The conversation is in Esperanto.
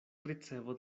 ricevo